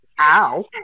ow